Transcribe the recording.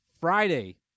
Friday